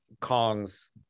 Kong's